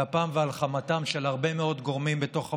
על אפם ועל חמתם של הרבה מאוד גורמים בתוך הממשלה,